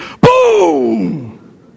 boom